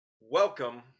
welcome